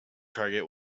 target